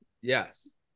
Yes